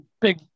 Big